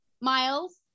miles